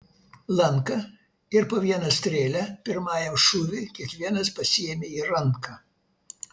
lanką ir po vieną strėlę pirmajam šūviui kiekvienas pasiėmė į ranką